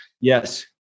yes